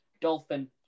dolphin